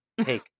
take